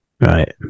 Right